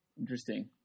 Interesting